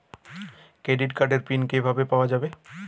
Credit কার্ডের pin কিভাবে পাওয়া যাবে?